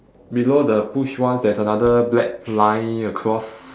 below the push once there is a another black line across